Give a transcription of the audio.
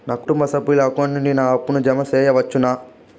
నా కుటుంబ సభ్యుల అకౌంట్ నుండి నా అప్పును జామ సెయవచ్చునా?